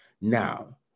Now